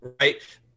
right